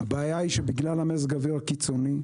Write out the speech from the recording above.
הבעיה היא שבגלל מזג האוויר הקיצוני,